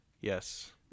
Yes